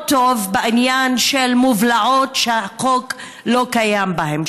בעניין של מובלעות שהחוק לא קיים בהן,